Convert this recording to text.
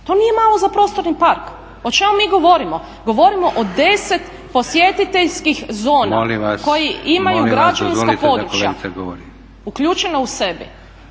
to nije malo za prostorni park. O čemu mi govorimo? Govorimo o 10 posjetiteljskih zona koji imaju građevinska područja uključena u sebi.